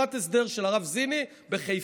ישיבת הסדר של הרב זיני בחיפה.